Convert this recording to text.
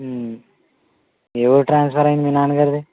ఏ ఊరు ట్రాన్స్ఫర్ అయ్యింది మీ నాన్నగారిది